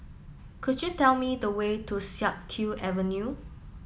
could you tell me the way to Siak Kew Avenue